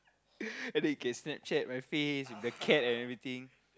and he can Snapchat my face the cat and everything